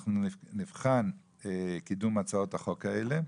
אנחנו נבחן קידום הצעות החוק האלה.